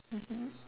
mmhmm